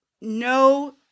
No